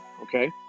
okay